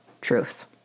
truth